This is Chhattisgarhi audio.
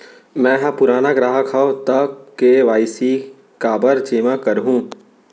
मैं ह पुराना ग्राहक हव त के.वाई.सी काबर जेमा करहुं?